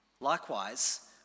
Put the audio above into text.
Likewise